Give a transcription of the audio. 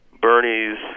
Bernie's